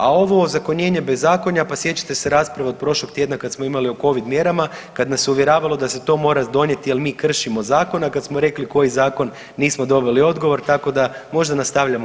A ovo ozakonjenje bezakonja, pa sjećate se rasprave od prošlog tjedna kad smo imali o covid mjerama, kad nas se uvjeravalo da se to mora donijeti jer mi kršimo zakon, a kad smo rekli koji zakon nismo dobili odgovor, tako da možda nastavljamo u